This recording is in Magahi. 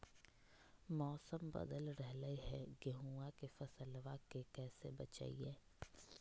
मौसम बदल रहलै है गेहूँआ के फसलबा के कैसे बचैये?